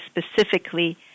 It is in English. specifically